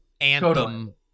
anthem